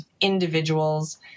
individuals